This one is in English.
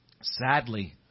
Sadly